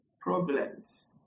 problems